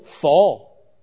fall